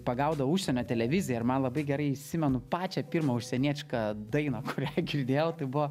pagaudavo užsienio televiziją ir man labai gerai įsimenu pačią pirmą užsienietišką dainą kurią girdėjau tai buvo